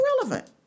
irrelevant